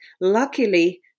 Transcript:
luckily